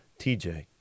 TJ